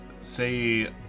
say